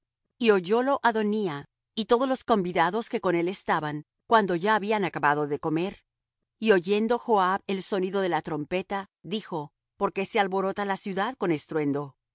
ellos y oyólo adonía y todos los convidados que con él estaban cuando ya habían acabado de comer y oyendo joab el sonido de la trompeta dijo por qué se alborota la ciudad con estruendo